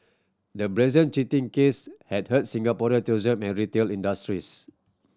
the brazen cheating case had hurt Singapore tourism and retail industries